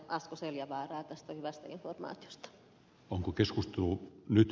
asko seljavaaraa tästä hyvästä informaatiosta